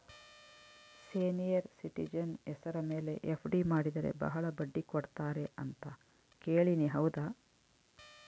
Senior citizen ಹೆಸರ ಮೇಲೆ FD ಮಾಡಿದರೆ ಬಹಳ ಬಡ್ಡಿ ಕೊಡ್ತಾರೆ ಅಂತಾ ಕೇಳಿನಿ ಹೌದಾ?